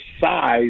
size